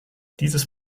dieses